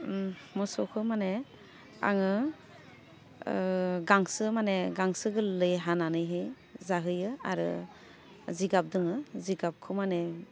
ओम मोसौखौ माने आङो ओह गांसो माने गांसो गोरलै हानानैहै जाहोयो आरो जिगाब दोङो जिगाबखौ माने